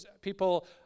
people